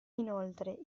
inoltre